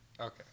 Okay